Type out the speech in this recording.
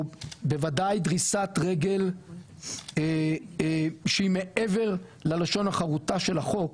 או בוודאי דריסת רגל שהיא מעבר ללשון החרוטה של החוק